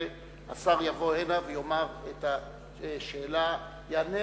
השר יבוא הנה, יאמר את השאלה, יענה